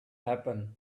happen